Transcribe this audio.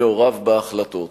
מעורב בהחלטות.